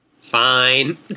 Fine